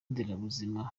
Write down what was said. nderabuzima